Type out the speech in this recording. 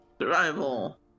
Survival